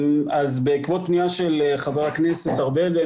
בעקבות פנייה של חבר הכנסת ארבל,